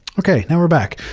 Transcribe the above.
okay, now we're back.